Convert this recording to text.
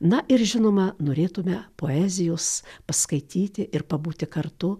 na ir žinoma norėtume poezijos paskaityti ir pabūti kartu